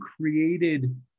created